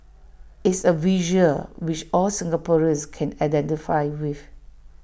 it's A visual which all Singaporeans can identify with